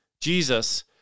Jesus